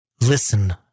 Listen